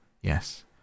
Yes